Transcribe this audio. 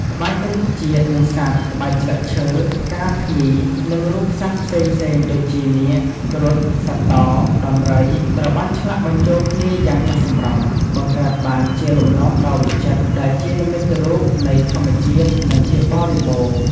ក្បាច់រុក្ខជាតិ និងសត្វ ក្បាច់ស្លឹកឈើ ផ្កា ភ្ញី និងរូបសត្វផ្សេងៗដូចជា នាគ គ្រុឌ សត្វតោ ដំរី ត្រូវ បានឆ្លាក់បញ្ចូលគ្នាយ៉ាងចុះសម្រុង បង្កើតបានជាលំនាំដ៏វិចិត្រ ដែលជានិមិត្តរូបនៃធម្មជាតិ និងភាពបរិបូរណ៌។